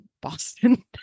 Boston